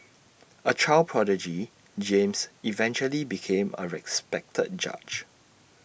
A child prodigy James eventually became A respected judge